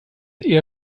eher